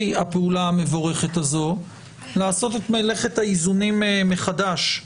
הפעולה המבורכת הזו לעשות את מלאכת האיזונים מחדש.